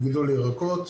גידול ירקות,